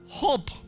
hope।